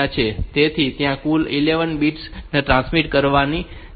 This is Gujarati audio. તેથી ત્યાં કુલ 11 બિટ્સ ને ટ્રાન્સમિટ કરવાના છે